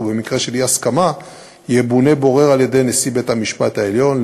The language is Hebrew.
ובמקרה של אי-הסכמה ימונה בורר על-ידי נשיא בית-המשפט העליון.